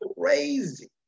crazy